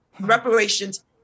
reparations